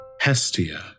Hestia